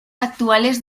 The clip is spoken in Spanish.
actuales